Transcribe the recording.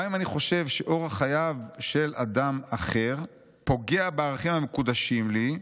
גם אם אני חושב שאורח חייו של אדם אחר פוגע בערכים המקודשים לי,